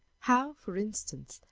how, for instance,